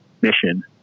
mission